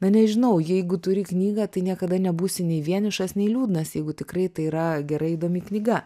na nežinau jeigu turi knygą tai niekada nebūsi nei vienišas nei liūdnas jeigu tikrai tai yra gera įdomi knyga